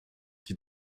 die